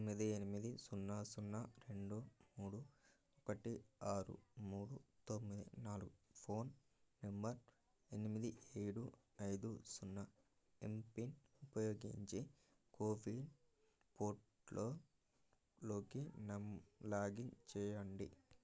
తొమ్మిది ఎనిమిది సున్నా సున్నా రెండు మూడు ఒకటి ఆరు మూడు తొమ్మిది నాలుగు ఫోన్ నెంబర్ ఎనిమిది ఏడు ఐదు సున్నా ఎంపిన్ ఉపయోగించి కోఫీ పోర్ట్లోకి నెం లాగిన్ చేయండి